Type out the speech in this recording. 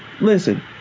listen